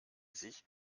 sich